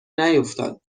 نیفتاد